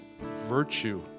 virtue